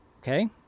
Okay